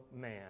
man